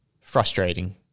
frustrating